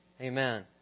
Amen